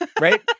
Right